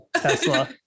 Tesla